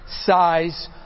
size